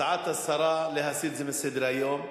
הצעת השרה להסיר את זה מסדר-היום,